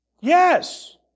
yes